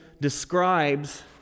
describes